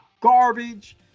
garbage